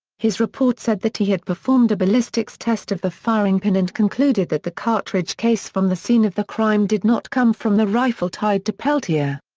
his report said that he had performed a ballistics test of the firing pin and concluded that the cartridge case from the scene of the crime did not come from the rifle tied to peltier.